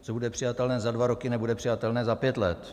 Co bude přijatelné za dva roky, nebude přijatelné za pět let.